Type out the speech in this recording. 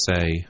say